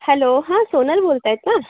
hello हां सोनल बोलत आहेत का